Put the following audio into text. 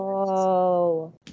Whoa